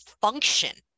function